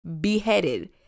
beheaded